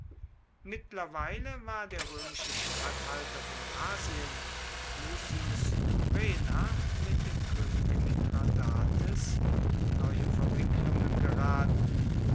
mittlerweile war der römische statthalter von asien lucius murena mit dem könig mithradates in neue verwicklungen geraten